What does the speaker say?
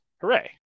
hooray